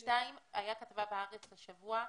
שתיים, הייתה כתבה ב'הארץ' השבוע,